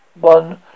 one